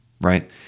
Right